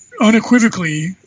unequivocally